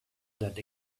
that